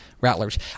Rattlers